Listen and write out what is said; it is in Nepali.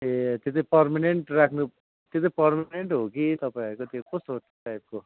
ए त्यो चाहिँ पर्मानेन्ट राख्नु त्यो चाहिँ पर्मानेन्ट हो कि तपाईँहरूको त्यो कस्तो टाइपको